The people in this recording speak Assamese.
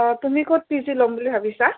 অঁ তুমি ক'ত পি জি ল'ম বুলি ভাবিছা